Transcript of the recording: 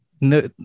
no